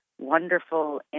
wonderful